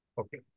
Okay